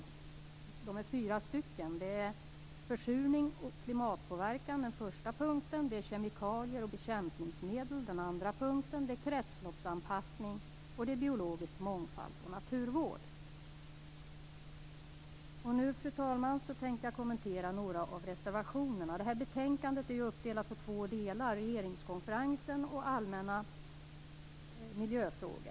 Det rör sig om fyra områden, vilka är: försurning och klimatpåverkan, kemikalier och bekämpningsmedel, kretsloppsanpassning samt biologisk mångfald och naturvård. Nu, fru talman, tänker jag kommentera några av reservationerna. Betänkandet består ju av två delar: regeringskonferensen och allmänna miljöfrågor.